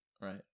Right